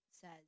says